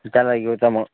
त्याला घेऊचा मग